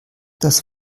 das